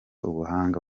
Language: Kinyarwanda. ubuhanga